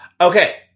Okay